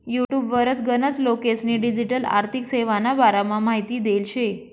युटुबवर गनच लोकेस्नी डिजीटल आर्थिक सेवाना बारामा माहिती देल शे